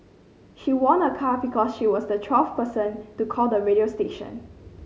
she won a car because she was the twelfth person to call the radio station